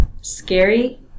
scary